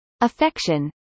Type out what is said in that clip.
Affection